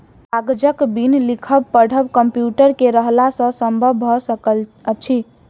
कागजक बिन लिखब पढ़ब कम्प्यूटर के रहला सॅ संभव भ सकल अछि